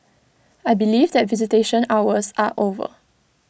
I believe that visitation hours are over